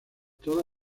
toda